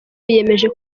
biyemeje